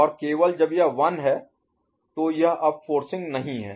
और केवल जब यह 1 है तो यह अब फोर्सिंग नहीं है